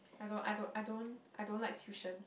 I don't I don't I don't I don't like tuition